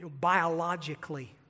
biologically